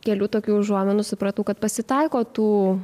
kelių tokių užuominų supratau kad pasitaiko tų